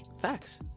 Facts